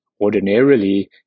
ordinarily